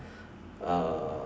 uh